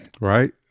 Right